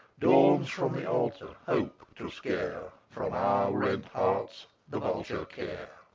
dawns, from the altar, hope to scare from our rent hearts the vulture care.